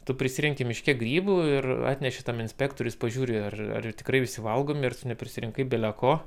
tu prisirenki miške grybų ir atneši tam inspektoriui jis pažiūri ar ar tikrai visi valgomi ar tu neprisirinkai beleko